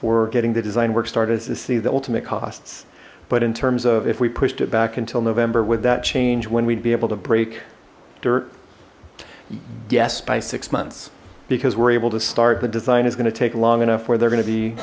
for getting the design work started to see the ultimate costs but in terms of if we pushed it back until november with that change when we'd be able to break dirt yes by six months because we're able to start the design is going to take long enough where they're going to be